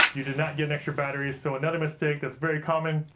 you did not get an extra battery. so another mistake that's very common.